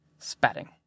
Spatting